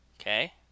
Okay